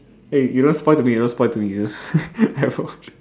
eh you don't spoil to me you don't spoil to me you don't haven't watch